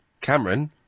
Cameron